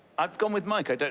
i've gone with mike, i don't